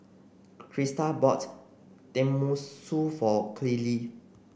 Kristal bought Tenmusu for Coley